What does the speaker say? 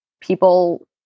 people